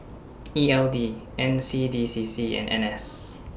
E L D N C D C C and N S